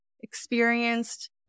experienced